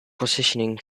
positioning